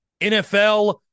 NFL